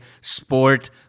sport